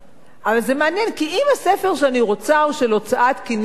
כי אם הספר שאני רוצה הוא של הוצאת "כנרת זמורה-ביתן",